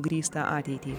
grįstą ateitį